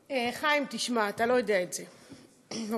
חיים, תשמע, אתה לא יודע את זה, אוקיי?